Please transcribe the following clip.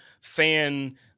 fan